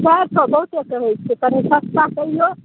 चारि सओ बहुते कहै छिए कनि सस्ता कहिऔ